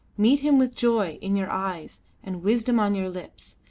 meet him with joy in your eyes and wisdom on your lips,